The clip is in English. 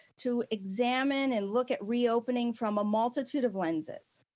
to examine and look at reopening from a multitude of lenses.